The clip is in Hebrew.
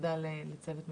שלום לכולם.